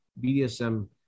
BDSM